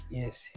yes